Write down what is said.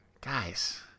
Guys